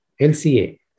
LCA